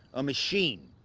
a machine.